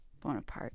Bonaparte